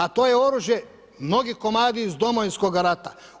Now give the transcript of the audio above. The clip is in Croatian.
A to je oružje mnogi komadi iz Domovinskoga rata.